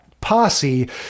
posse